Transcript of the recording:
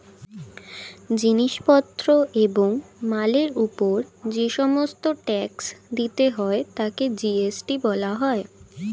জিনিস পত্র এবং মালের উপর যে সমস্ত ট্যাক্স দিতে হয় তাকে জি.এস.টি বলা হয়